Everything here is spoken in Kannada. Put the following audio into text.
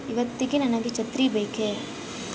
ಇವತ್ತಿಗೆ ನನಗೆ ಛತ್ರಿ ಬೇಕೇ